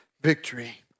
victory